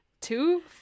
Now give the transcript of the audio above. Two